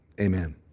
Amen